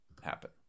happen